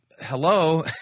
Hello